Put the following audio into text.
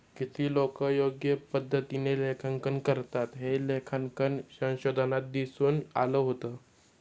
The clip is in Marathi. किती लोकं योग्य पद्धतीने लेखांकन करतात, हे लेखांकन संशोधनात दिसून आलं होतं